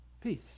Peace